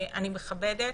אני מכבדת,